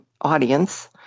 audience